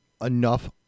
enough